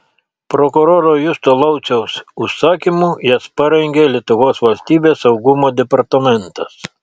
prokuroro justo lauciaus užsakymu jas parengė lietuvos valstybės saugumo departamentas